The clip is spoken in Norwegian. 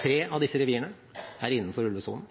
Tre av disse revirene er innenfor ulvesonen.